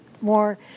more